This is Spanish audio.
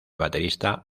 baterista